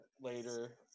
later